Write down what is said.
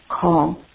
call